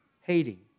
hating